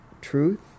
Truth